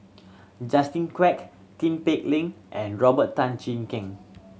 Justin Quek Tin Pei Ling and Robert Tan Jee Keng